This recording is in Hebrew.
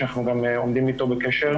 שאנחנו גם עומדים איתו בקשר.